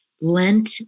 lent